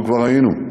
אנחנו כבר ראינו,